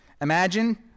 Imagine